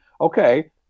okay